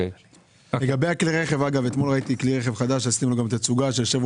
כלי רכב ב-5.5 מיליון